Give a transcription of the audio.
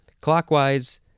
clockwise